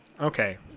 Okay